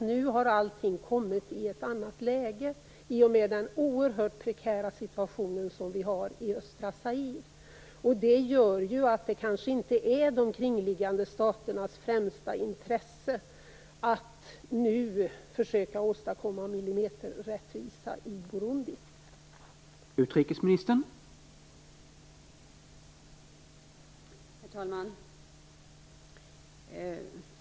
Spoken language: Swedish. Nu har allting kommit i ett annat läge i och med den oerhört prekära situationen i östra Zaire. Det gör att det kanske inte är de kringliggande staternas främsta intresse att försöka åstadkomma millimeterrättvisa i Burundi nu.